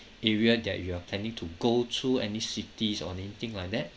area that you are planning to go to any cities or anything like that